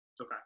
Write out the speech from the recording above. Okay